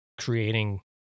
creating